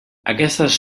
aquestes